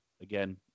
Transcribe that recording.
again